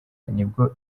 nibwo